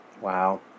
Wow